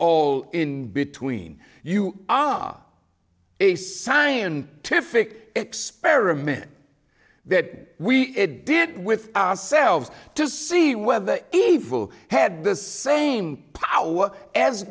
all in between you are a scion to fit experiment that we did with ourselves to see whether evil had the same power as